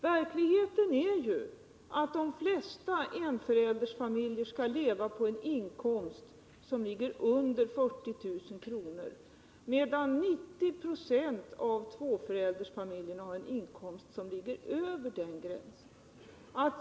Verkligheten är ju den att de flesta enföräldersfamiljer skall leva på en inkomst som ligger under 40 000 kr., medan 90 960 av tvåföräldersfamiljerna har en inkomst som ligger över den gränsen.